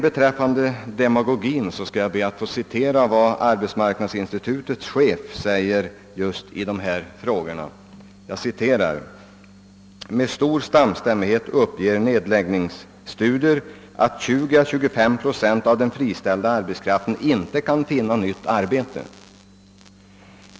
Beträffande demagogin skall jag be att få citera vad arbetsmarknadsinstitutets chef säger just i de här frågorna: »Med stor samstämmighet uppger olika nedläggningsstudier, att 20 å 25 procent av den friställda arbetskraften inte kan finna nytt arbete.